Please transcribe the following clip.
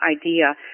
idea